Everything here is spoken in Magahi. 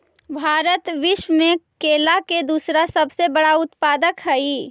भारत विश्व में केला के दूसरा सबसे बड़ा उत्पादक हई